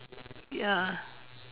ya